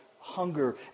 hunger